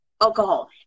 alcohol